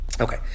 Okay